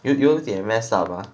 有有点 mess up lah